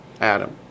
Adam